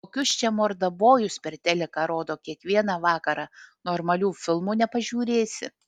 kokius čia mordabojus per teliką rodo kiekvieną vakarą normalių filmų nepažiūrėsi